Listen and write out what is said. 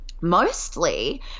mostly